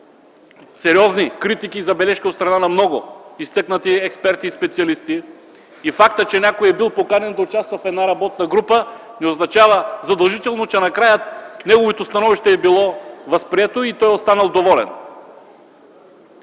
сериозни критики и забележки от страна на много изтъкнати експерти и специалисти. Фактът, че някой е бил поканен да участва в една работна група не означава задължително, че накрая неговото становище е било възприето и той е останал доволен.